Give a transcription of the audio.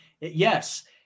Yes